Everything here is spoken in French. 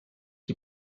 qui